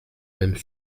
même